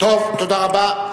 תודה רבה.